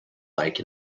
like